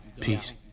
peace